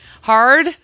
hard